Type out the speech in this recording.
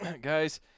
guys